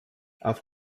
auf